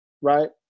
right